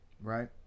Right